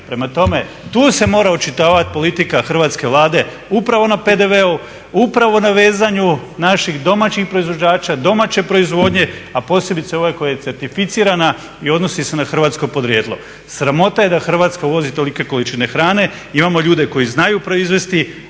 Prema tome, tu se mora očitavat politika hrvatske Vlade upravo na PDV-u, upravo na vezanju naših domaćih proizvođača, domaće proizvodnje, a posebice ove koja je certificirana i odnosi se na hrvatsko podrijetlo. Sramota je da Hrvatska uvozi tolike količine hrane. Imamo ljude koji znaju proizvesti,